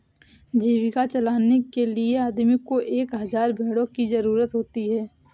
जीविका चलाने के लिए आदमी को एक हज़ार भेड़ों की जरूरत होती है